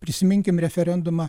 prisiminkim referendumą